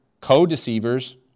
co-deceivers